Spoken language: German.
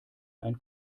ein